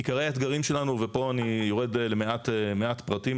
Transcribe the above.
עיקרי האתגרים שלנו ופה אני יורד למעט פרטים,